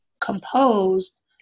composed